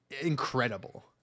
incredible